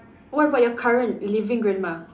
what about your current living grandma